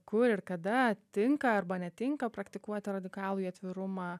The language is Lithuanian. kur ir kada tinka arba netinka praktikuoti radikalųjį atvirumą